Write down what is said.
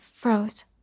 froze